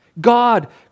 God